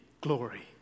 glory